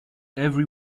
every